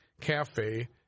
Cafe